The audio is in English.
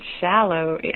shallow